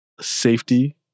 safety